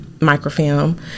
microfilm